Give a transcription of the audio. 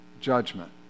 judgment